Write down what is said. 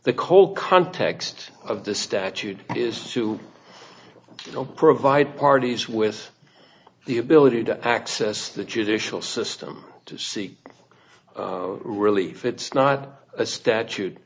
the cold context of the statute is to provide parties with the ability to access the judicial system to seek relief it's not a statute